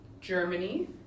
Germany